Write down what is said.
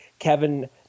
Kevin